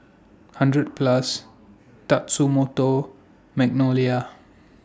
hundred Plus Tatsumoto Magnolia